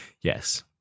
Yes